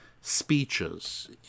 speeches